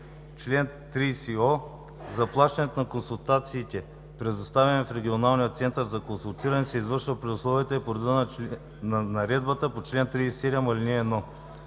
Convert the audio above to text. Чл. 30о. Заплащането за консултациите, предоставени в Регионалния център за консултиране се извършва при условията и по реда на наредбата по чл. 37,